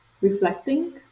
reflecting